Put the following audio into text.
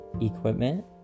equipment